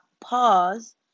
pause